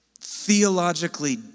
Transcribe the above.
theologically